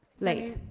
late.